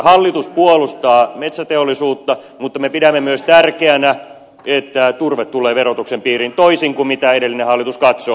hallitus puolustaa metsäteollisuutta mutta me pidämme tärkeänä myös sitä että turve tulee verotuksen piiriin toisin kuin edellinen hallitus katsoi